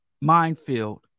minefield